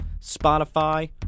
Spotify